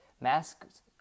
Masks